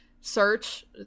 search